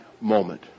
moment